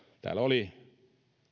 täällä oli